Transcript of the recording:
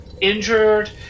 injured